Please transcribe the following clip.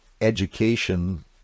education